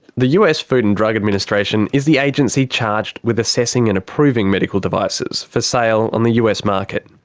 the us food and drug administration is the agency charged with assessing and approving medical devices for sale on the us market.